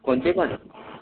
कोन चीजके